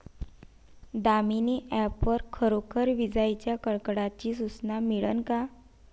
Damini app वर खरोखर विजाइच्या कडकडाटाची सूचना मिळन का?